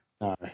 No